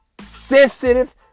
Sensitive